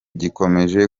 gikomeje